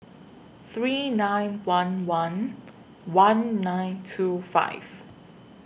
three nine one one one nine two five